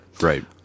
Right